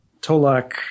Tolak